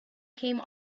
came